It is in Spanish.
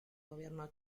gobierno